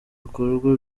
bikorwa